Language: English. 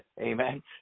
Amen